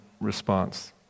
response